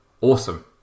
awesome